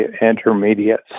intermediate